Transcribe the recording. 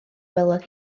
welodd